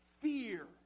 fear